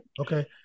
Okay